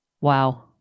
wow